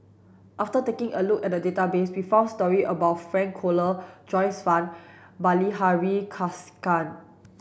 after taking a look at the database we found story about Frank Cloutier Joyce Fan Bilahari Kausikan